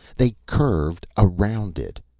they curved around it.